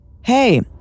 Hey